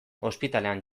ospitalean